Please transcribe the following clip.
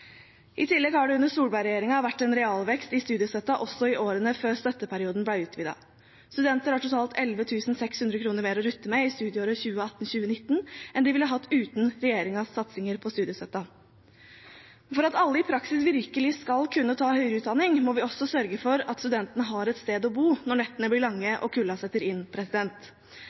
I tillegg har det under Solberg-regjeringen vært en realvekst i studiestøtten også i årene før støtteperioden ble utvidet. Studenter har totalt 11 600 kr mer å rutte med i studieåret 2018–2019 enn de ville hatt uten regjeringens satsinger på studiestøtten. For at alle i praksis virkelig skal kunne ta høyere utdanning, må vi også sørge for at studentene har et sted å bo når nettene blir lange og kulda setter inn.